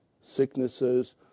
sicknesses